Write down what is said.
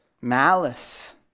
malice